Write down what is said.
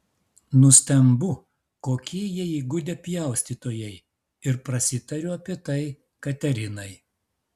nustembu kokie jie įgudę pjaustytojai ir prasitariu apie tai katerinai